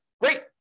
Great